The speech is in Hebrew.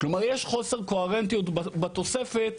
יש חוסר קוהרנטיות בתוספת,